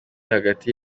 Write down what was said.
hagati